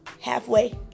halfway